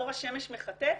אור השמש מחטא,